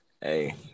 hey